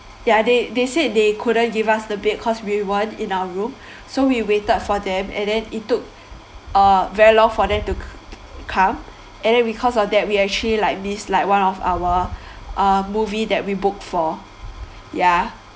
yeah they they said they couldn't give us the bed cause we weren't in our room so we waited for them and then it took uh very long for them to come and then because of that we actually like missed like one of our uh movie that we booked for ya